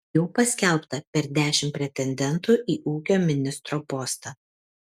jau paskelbta per dešimt pretendentų į ūkio ministro postą